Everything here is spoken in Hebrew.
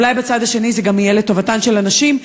ואולי בצד השני זה גם יהיה לטובתן של הנשים,